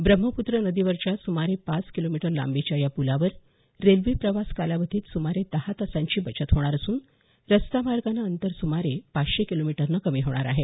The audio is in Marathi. ब्रह्मप्त्र नदीवरच्या सुमारे पाच किलोमीटर लांबीच्या या पुलामुळे रेल्वे प्रवास कालावधीत सुमारे दहा तासांची बचत होणार असून रस्ता मार्गाने अंतर सुमारे पाचशे किलोमीटरने कमी होणार आहे